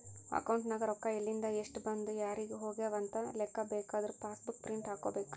account ನಾಗ್ ರೊಕ್ಕಾ ಎಲಿಂದ್, ಎಸ್ಟ್ ಬಂದು ಯಾರಿಗ್ ಹೋಗ್ಯವ ಅಂತ್ ಲೆಕ್ಕಾ ಬೇಕಾದುರ ಪಾಸ್ ಬುಕ್ ಪ್ರಿಂಟ್ ಹಾಕೋಬೇಕ್